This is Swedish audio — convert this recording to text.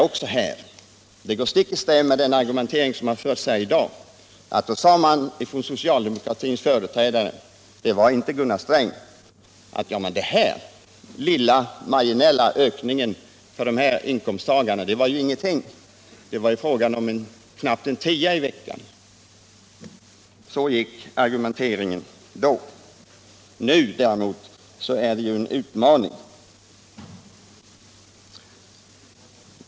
Då sade socialdemokratins företrädare vid presentationen i TV — det var inte Gunnar Sträng: Ja, men denna lilla marginella förändring för de här berörda inkomsttagarna, det är ju ingenting. Det är fråga om knappt en tia i veckan. — Så gick argumenteringen då. Nu däremot kallas det för en utmaning mot löntagarna.